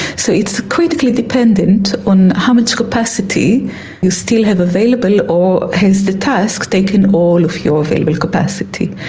so it is critically dependent on how much capacity you still have available, or has the task taken all of your available capacity.